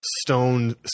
stone